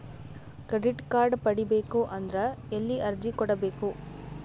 Credit card ಪಡಿಬೇಕು ಅಂದ್ರ ಎಲ್ಲಿ ಅರ್ಜಿ ಕೊಡಬೇಕು?